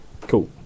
Cool